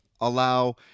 allow